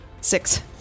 Six